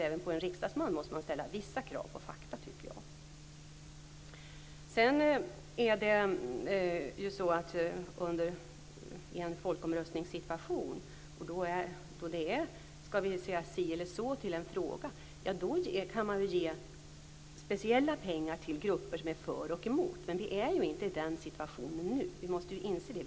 Även på en riksdagsman måste man kunna ställa vissa krav när det gäller fakta, tycker jag. I en folkomröstningssituation, då vi skall säga si eller så i en fråga, kan man ge speciella pengar till grupper som är för och emot, men vi är inte i den situationen nu. Vi måste inse det.